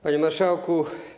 Panie Marszałku!